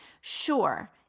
Sure